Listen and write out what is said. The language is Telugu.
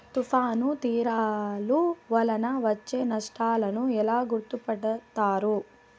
తుఫాను తీరాలు వలన వచ్చే నష్టాలను ఎలా గుర్తుపడతారు?